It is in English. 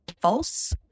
false